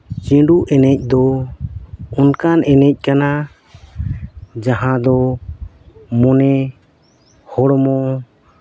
ᱪᱷᱤᱸᱰᱩ ᱮᱱᱮᱡ ᱫᱚ ᱚᱱᱠᱟᱱ ᱮᱱᱮᱡ ᱠᱟᱱᱟ ᱡᱟᱦᱟᱸ ᱫᱚ ᱢᱚᱱᱮ ᱦᱚᱲᱢᱚ